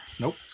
Nope